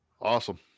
Awesome